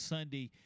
Sunday